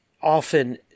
often